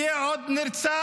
יהיה עוד נרצח,